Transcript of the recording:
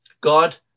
God